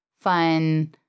fun